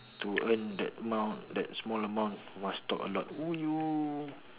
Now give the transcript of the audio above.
to earned that amount small amount must talk a lot !aiyo!